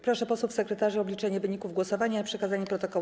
Proszę posłów sekretarzy o obliczenie wyników głosowania i przekazanie protokołu